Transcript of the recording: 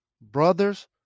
brothers